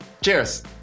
Cheers